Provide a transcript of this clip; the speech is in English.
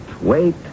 wait